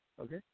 Okay